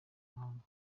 mahanga